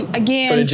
again